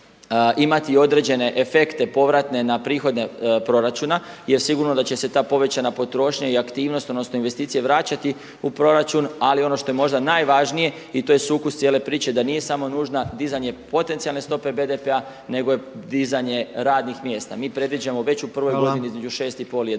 imati određene efekte povratne na prihode proračuna jer sigurno da će se ta povećana potrošnja i aktivnost odnosno investicije vraćati u proračun, ali ono što je možda najvažnije i to je sukus cijele priče da nije samo nužno dizanje potencijalne stope BDP-a nego je dizanje radnih mjesta. Mi predviđamo već u prvoj godini između 6,5 i